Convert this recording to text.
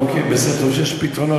אוקיי, בסדר, טוב שיש פתרונות.